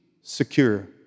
secure